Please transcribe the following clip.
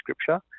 scripture